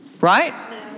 Right